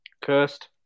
Cursed